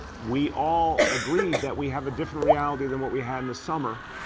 we all agree that we have a different reality than what we had in the summer.